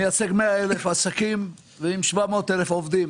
מייצג 100,000 עסקים ועם 700,000 עובדים.